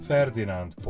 Ferdinand